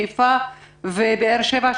חיפה ובאר שבע,